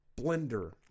blender